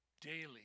daily